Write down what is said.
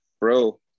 bro